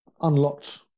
unlocked